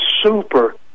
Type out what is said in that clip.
super